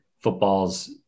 football's